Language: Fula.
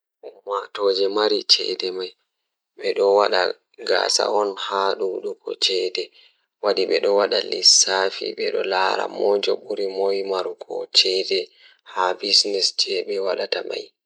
Ko fiyaangu ngal, sabu e hoore rewɓe ɓe waawi heɓɓude fiyaangu ngal. Kono, jeyɓe waawde njangol fiyaangu kadi sabu ko woni laamɗe ngal. Kadi, ko nguurndam ngal sabu rewɓe waɗi e hoore teddungal ngal e nguurndam